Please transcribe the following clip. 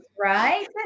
right